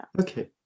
Okay